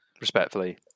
respectfully